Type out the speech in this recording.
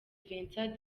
vincent